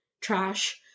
trash